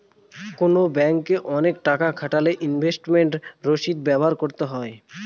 কোনো ব্যাঙ্কে অনেক টাকা খাটালে ইনভেস্টমেন্ট রসিদ ব্যবহার করতে হয়